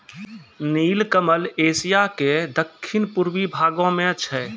नीलकमल एशिया के दक्खिन पूर्वी भागो मे छै